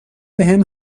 بهم